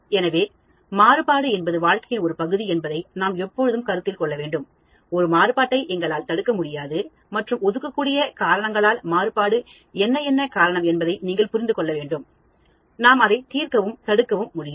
எனவே மாறுபாடு என்பது வாழ்க்கையின் ஒரு பகுதி என்பதை நாம் எப்போதும் கருத்தில் கொள்ள வேண்டும் ஒரு மாறுபாட்டை எங்களால் தடுக்க முடியாது மற்றும்ஒதுக்கக்கூடிய காரணங்களால் மாறுபாடு என்ன என்ன காரணம் என்பதை நீங்கள் புரிந்து கொள்ள வேண்டும் நாம் அதைத் தீர்க்கவும் தடுக்கவும் முடியும்